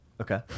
Okay